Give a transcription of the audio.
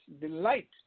delight